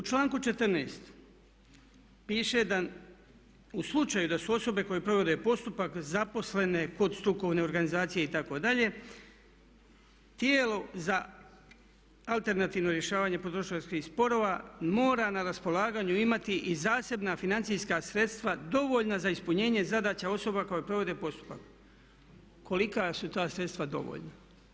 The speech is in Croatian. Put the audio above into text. U članku 14. piše da u slučaju da su osobe koje provode postupak zaposlene kod strukovne organizacije itd. tijelo za alternativno rješavanje potrošačkih sporova mora na raspolaganju imati i zasebna financijska sredstva dovoljna za ispunjenje zadaća osoba koje provode postupak, kolika su ta sredstva dovoljna.